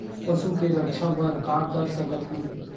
पशु के रक्षा बर का कर सकत हन?